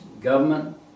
government